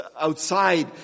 outside